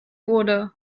wurde